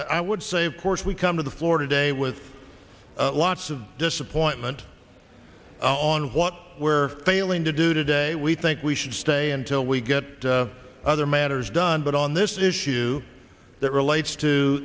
i would say of course we come to the floor today with lots of disappointment on what where failing to do today we think we should stay until we get other matters done but on this issue that relates to